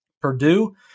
Purdue